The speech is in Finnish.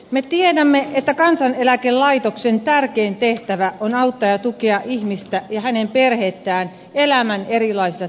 me tiedämme että kansaneläkelaitoksen tärkein tehtävä on auttaa ja tukea ihmistä ja hänen perhettään elämän erilaisissa tilanteissa